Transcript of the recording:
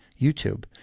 YouTube